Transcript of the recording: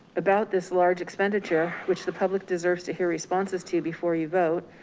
about this large expenditure, which the public deserves to hear responses to you before you vote.